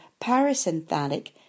parasympathetic